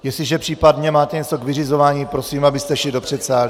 Jestliže případně máte něco k vyřizování, prosím, abyste šli do předsálí.